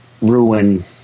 ruin